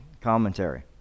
commentary